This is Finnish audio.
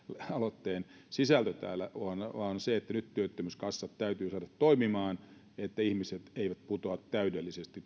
aloitteen sisältö täällä vaan se että nyt työttömyyskassat täytyy saada toimimaan että ihmiset eivät putoa täydelliseen